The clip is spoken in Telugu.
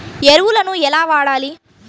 ఎరువులను ఎలా వాడాలి?